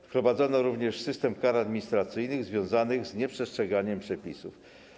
Wprowadzono również system kar administracyjnych związanych z nieprzestrzeganiem przepisów.